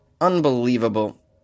Unbelievable